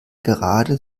gerade